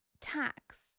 tax